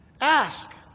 Ask